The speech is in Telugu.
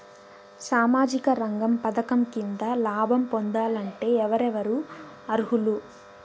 సామాజిక రంగ పథకం కింద లాభం పొందాలంటే ఎవరెవరు అర్హులు?